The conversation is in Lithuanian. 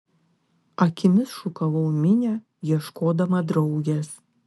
akimis šukavau minią ieškodama draugės